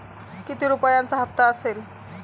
किती रुपयांचा हप्ता असेल?